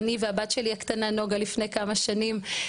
זו אני והבת שלי הקטנה נוגה לפני כמה שנים,